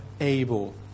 able